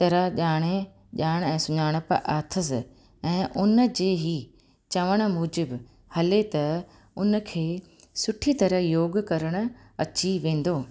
तरह ॻाणे ॼाण ऐं सुञाणपु अथसि ऐं उन जे ई चवणु मुजिबि हले त उन खे सुठी तरह योग करणु अची वेंदो